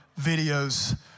videos